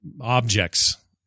objects